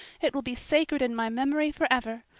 it will be sacred in my memory forever.